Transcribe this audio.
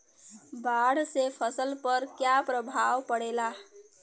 बाढ़ से फसल पर क्या प्रभाव पड़ेला?